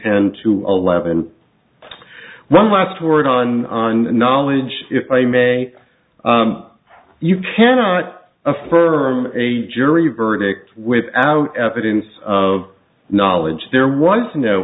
and two eleven one last word on on knowledge if i may you cannot affirm a jury verdict without evidence of knowledge there was no